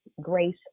grace